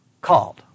Called